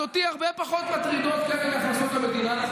אז אותי הרבה פחות מטרידות כפל הכנסות המדינה.